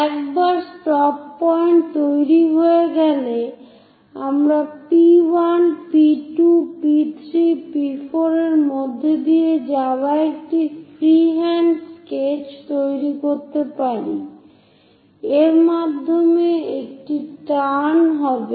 একবার stop point তৈরি হয়ে গেলে আমরা P1 P2 P3 P4 এর মধ্য দিয়ে যাওয়া একটি ফ্রিহ্যান্ড স্কেচ তৈরি করতে পারি এর মাধ্যমে একটি টার্ন হবে